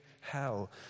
hell